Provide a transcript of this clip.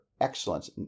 Excellence